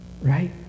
right